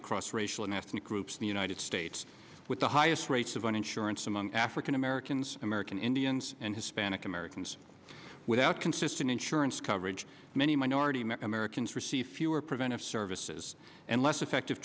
across racial and ethnic groups in the united states with the highest rates of an insurance among african americans american indians and hispanic americans without consistent insurance coverage many minority many americans receive fewer preventive services and less effective